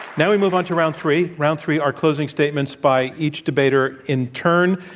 now we move on to round three. round three are closing statements by each debater in turn.